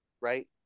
right